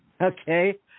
okay